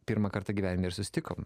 pirmą kartą gyvenime ir susitikom